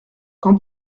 qu’en